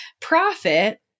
profit